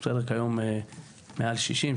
חלק היום מעל 60%,